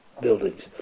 buildings